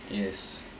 yes